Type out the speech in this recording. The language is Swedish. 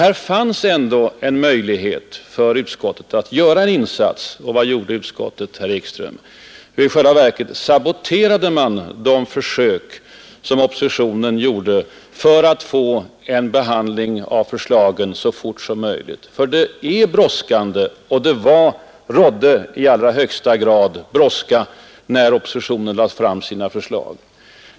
Här fanns ändå en möjlighet för utskottet att göra en insats, och vad gjorde utskottet, herr Ekström? Jo, i själva verket saboterade man de försök som oppositionen gjorde för att få till stånd en behandling av förslagen så fort som möjligt. Och det rådde i allra högsta grad brådska när oppostionen lade fram sina förslag.